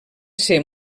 ser